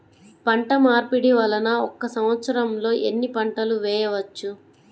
పంటమార్పిడి వలన ఒక్క సంవత్సరంలో ఎన్ని పంటలు వేయవచ్చు?